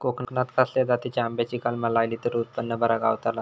कोकणात खसल्या जातीच्या आंब्याची कलमा लायली तर उत्पन बरा गावताला?